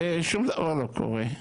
ושום דבר לא קורה.